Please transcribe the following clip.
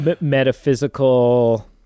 metaphysical